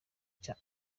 cya